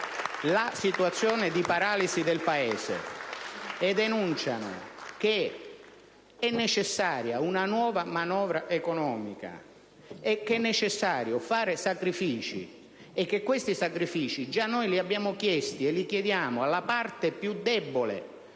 la situazione di paralisi del Paese e affermano che è necessaria una nuova manovra economica, che è necessario fare sacrifici e che già noi li abbiamo chiesti e li chiediamo alla parte più debole